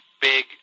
big